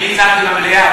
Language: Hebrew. אני הצעתי דיון במליאה,